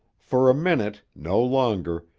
for a minute, no longer,